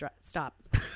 stop